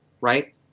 right